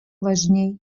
важнее